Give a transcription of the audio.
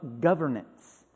governance